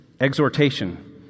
exhortation